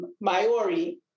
Maori